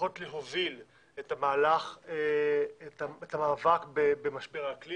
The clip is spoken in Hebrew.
צריכות להוביל את המאבק במשבר האקלים